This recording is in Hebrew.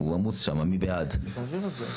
מי בעד קבלת ההסתייגויות?